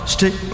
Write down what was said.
Stick